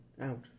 out